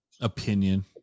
opinion